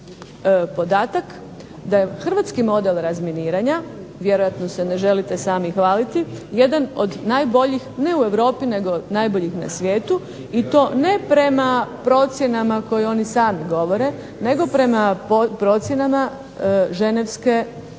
da hrvatski model razminiranja, vjerojatno se ne želite sami hvaliti, jedan od najboljih ne u europi nego najboljih u svijetu i to ne prema procjenama koje oni sami govore, nego prema procjenama Ženevskog